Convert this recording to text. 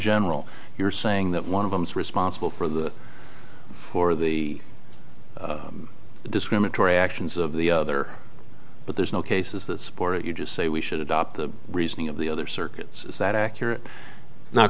general you're saying that one of them is responsible for the for the discriminatory actions of the other but there's no cases that support you just say we should adopt the reasoning of the other circuits is that accurate not